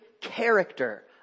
character